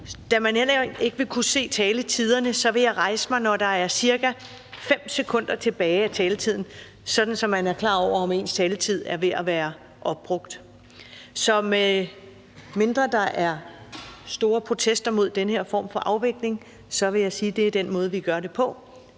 Da man heller ikke vil kunne se taletiderne, vil jeg rejse mig, når der er cirka 5 sekunder tilbage af taletiden, sådan at man er klar over, at ens taletid er ved at være opbrugt. Så med mindre der er store protester mod den her form for afvikling, vil jeg sige, at det er den måde, vi gør det på.